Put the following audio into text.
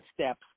steps